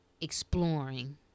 exploring